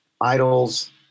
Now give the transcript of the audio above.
idols